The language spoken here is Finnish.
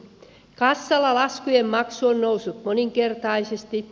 kassalla laskujen maksu on noussut moninkertaisesti